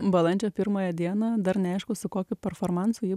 balandžio pirmąją dieną dar neaišku su kokiu performansu ji